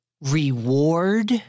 reward